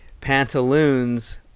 pantaloons